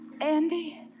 Andy